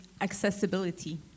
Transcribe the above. accessibility